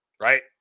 right